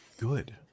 good